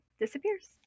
disappears